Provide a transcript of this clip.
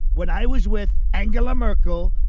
when i was with angela merkel,